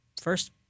first